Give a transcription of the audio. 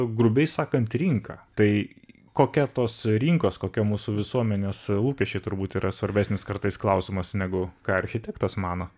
grubiai sakant rinka tai kokia tos rinkos kokie mūsų visuomenės lūkesčiai turbūt yra svarbesnis kartais klausimas negu ką architektas mano